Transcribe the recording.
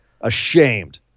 Ashamed